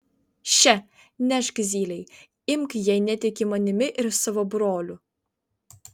še nešk zylei imk jei netiki manimi ir savo broliu